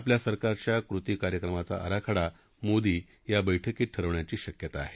आपल्या सरकारच्या कृती कार्यक्रमाचा आराखडा मोदी या बैठकीत ठरवण्याची शक्यता आहे